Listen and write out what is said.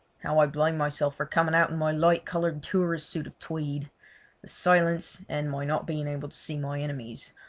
how i blamed myself for coming out in my light-coloured tourist suit of tweed. the silence, and my not being able to see my enemies,